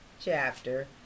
chapter